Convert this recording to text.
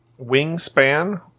Wingspan